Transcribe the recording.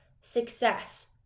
success